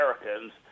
Americans